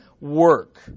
work